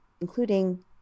including